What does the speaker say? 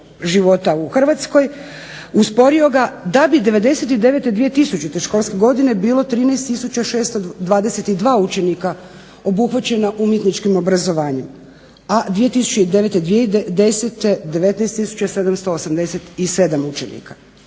života u Hrvatskoj, usporio ga, da bi '99./2000. školske godine bilo 13 tisuća 622 učenika obuhvaćena umjetničkim obrazovanjem, a 2009./2010. 19 tisuća 787 učenika.